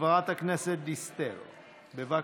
אני רוצה,